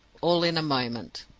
all in a moment!